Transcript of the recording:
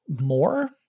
more